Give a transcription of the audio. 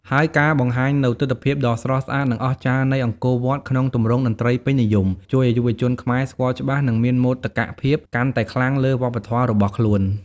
ហើយការបង្ហាញនូវទិដ្ឋភាពដ៏ស្រស់ស្អាត និងអស្ចារ្យនៃអង្គរវត្តក្នុងទម្រង់តន្ត្រីពេញនិយម ជួយឲ្យយុវជនខ្មែរស្គាល់ច្បាស់ និងមានមោទកភាពកាន់តែខ្លាំងលើវប្បធម៌របស់ខ្លួន។